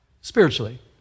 spiritually